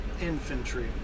infantry